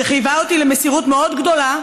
שחייבה אותי למסירות מאוד גדולה,